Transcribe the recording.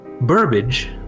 Burbage